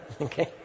Okay